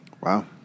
Wow